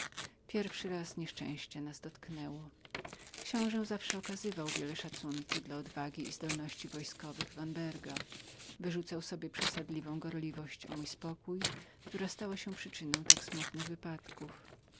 pierwszy raz nieszczęście nas dotknęło książe zawsze okazywał wiele szacunku dla odwagi i zdolności wojskowych vanberga wyrzucał sobie przesadzoną gorliwość o mój spokój która stała się przyczyną tak smutnych wypadków